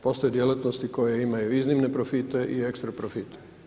Postoje djelatnosti koje imaju iznimne profite i ekstra profite.